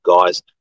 guys